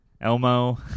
Elmo